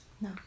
No